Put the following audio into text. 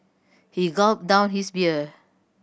he gulped down his beer